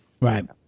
right